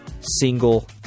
single